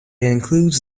includes